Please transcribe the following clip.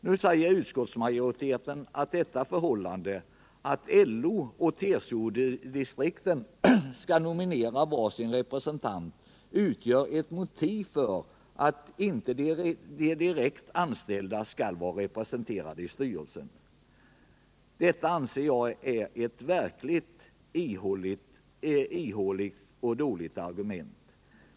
Nu säger utskottsmajoriteten att det förhållandet att LO och TCO distrikten skall nominera var sin representant är ett motiv för att inte de anställda skall vara representerade direkt i styrelsen. Detta anser jag vara ett ihåligt och dåligt argument.